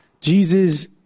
Jesus